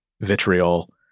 vitriol